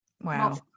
Wow